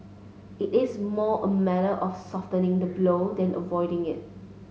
it is more a matter of softening the blow than avoiding it